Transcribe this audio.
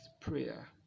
prayer